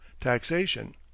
taxation